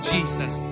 Jesus